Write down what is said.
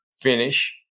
finish